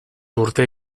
urte